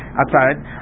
outside